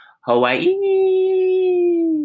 Hawaii